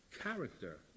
character